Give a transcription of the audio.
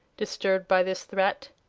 disturbed by this threat.